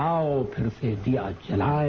आओ फिर से दिया जलाएं